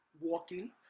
walking